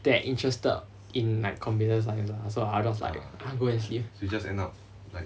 that interested in like computer science so I will just like ah go and sleep